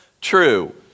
true